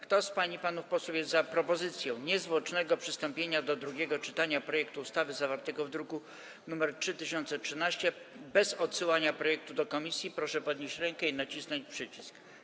Kto z pań i panów posłów jest za propozycją niezwłocznego przystąpienia do drugiego czytania projektu ustawy zawartego w druku nr 3013, bez odsyłania projektu do komisji, proszę podnieść rękę i nacisnąć przycisk.